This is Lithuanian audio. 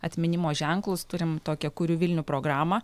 atminimo ženklus turim tokią kuriu vilnių programą